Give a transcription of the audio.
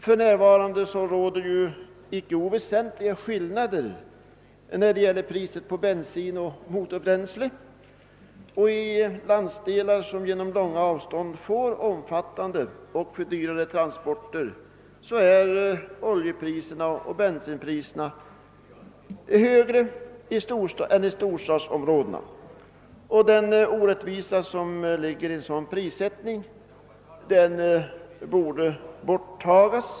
För närvarande råder icke oväsentliga skillnader beträffande priset på bensin och motorbränsle. I landsdelar där avstånden är långa och transporterna blir omfattande och dyra är oljeoch bensinpriserna högre än i storstadsområdena. Den orättvisa som ligger i en sådan prissättning borde undanröjas.